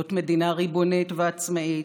להיות מדינה ריבונית ועצמאית,